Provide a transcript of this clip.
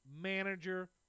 Manager